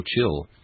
chill